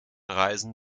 reisen